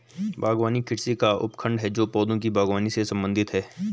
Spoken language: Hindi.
बागवानी कृषि का उपखंड है जो पौधों की बागवानी से संबंधित है